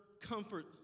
comfort